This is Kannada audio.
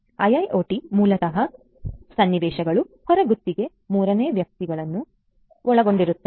IIoT ಮೂಲತಃ ಸನ್ನಿವೇಶಗಳು ಹೊರಗುತ್ತಿಗೆ ಮೂರನೇ ವ್ಯಕ್ತಿಗಳನ್ನು ಒಳಗೊಂಡಿರುತ್ತದೆ